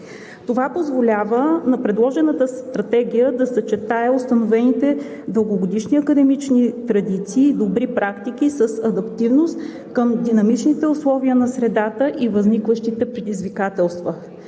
Това позволява на предложената Стратегия да съчетае установените дългогодишни академични традиции и добри практики с адаптивност към динамичните условия на средата и възникващите предизвикателства.